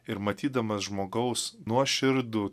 ir matydamas žmogaus nuoširdų